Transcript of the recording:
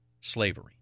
slavery